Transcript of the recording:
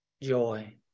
joy